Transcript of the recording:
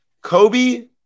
Kobe